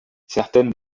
certaines